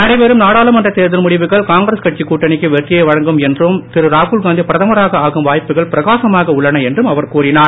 நடைபெறும் நாடாளுமன்ற தேர்தல் முடிவுகள் காங்கிரஸ் கட்சி கூட்டணிக்கு வெற்றியை வழங்கும் என்றும் திரு ராகுல்காந்தி பிரதமராக வாய்ப்புகள் பிரகாசமாக உள்ளன என்றும் அவர் ஆகும் கூறினார்